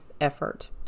effort